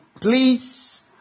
Please